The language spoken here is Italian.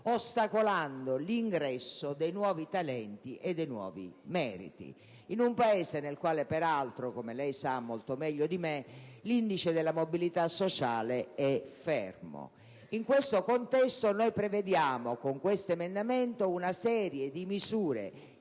ostacolando l'ingresso dei nuovi talenti e dei nuovi meriti, in un Paese nel quale, peraltro, come lei sa molto meglio di me, l'indice della mobilità sociale è fermo. In questo contesto noi prevediamo, con questo emendamento, una serie di misure